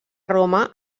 roma